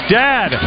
dad